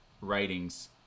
writings